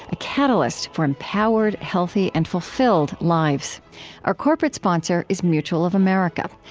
a catalyst for empowered, healthy, and fulfilled lives our corporate sponsor is mutual of america.